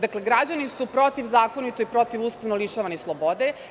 Dakle, građani su protivzakonito i protivustavno lišavani slobode.